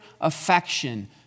affection